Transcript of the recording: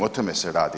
O tome se radi.